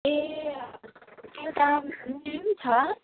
ए हजुर यता छ